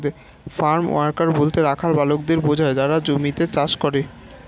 farm worker বলতে রাখাল বালকদের বোঝায় যারা জমিতে চাষ করে